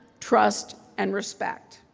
trust and respect.